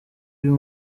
uyu